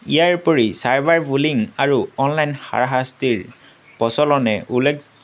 ইয়াৰ উপৰি cyber bullying আৰু online হাৰাশাস্তিৰ প্ৰচলনে উল্লেখ